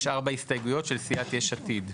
יש ארבע הסתייגויות של סיעת יש עתיד.